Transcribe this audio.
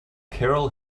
carol